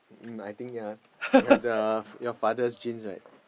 mm I think ya you have the your father's genes right